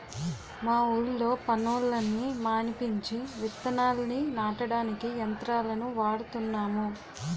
మా ఊళ్ళో పనోళ్ళని మానిపించి విత్తనాల్ని నాటడానికి యంత్రాలను వాడుతున్నాము